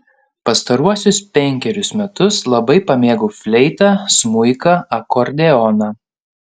pastaruosius penkerius metus labai pamėgau fleitą smuiką akordeoną